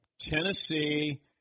Tennessee